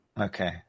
Okay